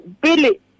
Billy